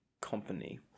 company